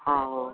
ହଁ ହଉ